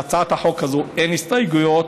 להצעת החוק הזו אין הסתייגויות,